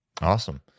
Awesome